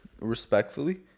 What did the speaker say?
respectfully